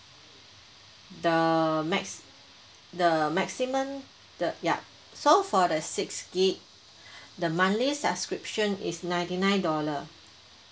the max the maximum the yup so for the six G_B the monthly subscription is ninety nine dollar